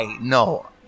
No